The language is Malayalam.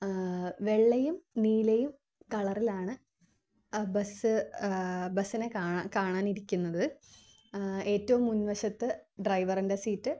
വെള്ളയും നീലയും കളറിലാണ് ആ ബസ്സ് ബസ്സിനെ കാണാൻ കാണാൻ ഇരിക്കുന്നത് ഏറ്റവും മുൻവശത്ത് ഡ്രൈവറിൻ്റെ സീറ്റ്